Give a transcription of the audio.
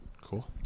Cool